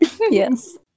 Yes